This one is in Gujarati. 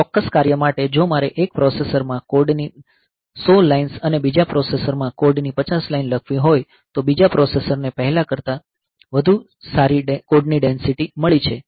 કોઈ ચોક્કસ કાર્ય માટે જો મારે એક પ્રોસેસર માં કોડની 100 લાઇન્સ અને બીજા પ્રોસેસરમાં કોડની 50 લાઇન્સ લખવી હોય તો બીજા પ્રોસેસરને પહેલા કરતા વધુ સારી કોડની ડેંસિટી મળી છે